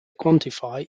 quantify